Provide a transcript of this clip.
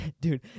dude